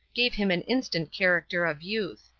gave him an instant character of youth.